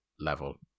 level